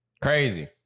Crazy